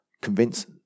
convince